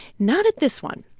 not at this one.